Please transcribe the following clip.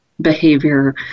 behavior